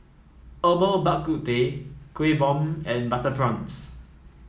Herbal Bak Ku Teh Kuih Bom and Butter Prawns